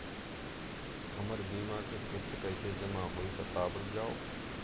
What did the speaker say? हमर बीमा के किस्त कइसे जमा होई बतावल जाओ?